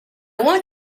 want